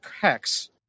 hex